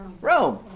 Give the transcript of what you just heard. Rome